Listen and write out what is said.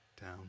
down